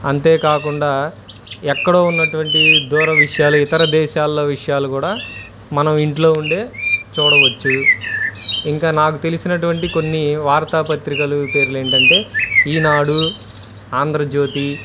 అంతేకాకుండా ఎక్కడో ఉన్నటువంటి దూర విషయాలు ఇతర దేశాల్లో విషయాలు కూడా మనం ఇంట్లో ఉండే చూడవచ్చు ఇంకా నాకు తెలిసినటువంటి కొన్ని వార్తాపత్రికలు పేరులు ఏంటంటే ఈనాడు ఆంధ్రజ్యోతి